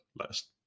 last